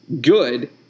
good